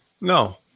No